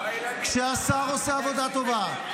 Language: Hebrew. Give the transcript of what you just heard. כשהשר עושה עבודה טובה,